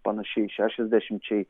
panašiai šešiasdešimčiai